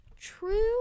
True